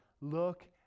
look